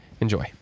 Enjoy